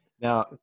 Now